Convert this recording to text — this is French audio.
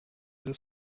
deux